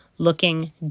Looking